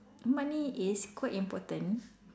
money is quite important